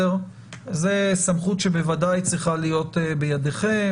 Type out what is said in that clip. זאת סמכות שבוודאי צריכה להיות בידכם,